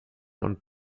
und